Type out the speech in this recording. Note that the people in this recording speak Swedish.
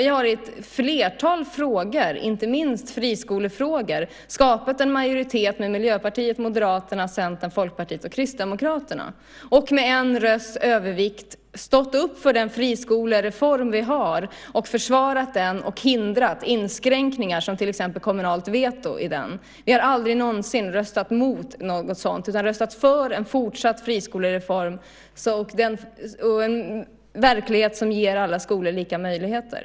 Vi har i ett flertal frågor, inte minst friskolefrågor, skapat en majoritet tillsammans med Moderaterna, Centern, Folkpartiet och Kristdemokraterna, och med en rösts övervikt stått upp för den friskolereform som vi har och försvarat den och hindrat inskränkningar, till exempel kommunalt veto, i den. Vi har aldrig någonsin röstat mot något sådant utan röstat för en fortsatt friskolereform och en verklighet som ger alla skolor lika möjligheter.